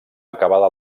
acabada